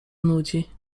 nudzi